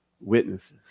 witnesses